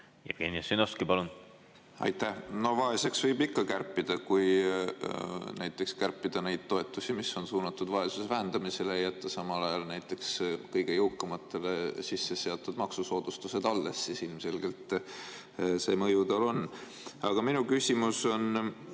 Jevgeni Ossinovski, palun! Aitäh! No vaeseks võib ikka kärpida. Kui näiteks kärpida neid toetusi, mis on suunatud vaesuse vähendamisele, ja jätta samal ajal kõige jõukamatele sisseseatud maksusoodustused alles, siis ilmselgelt see mõju tal on. Aga minu küsimus